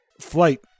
flight